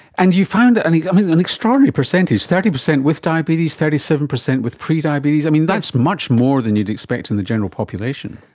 and you found and like um an extraordinary percentage, thirty percent with diabetes, thirty seven percent with prediabetes, i mean, that's much more than you would expect in the general population.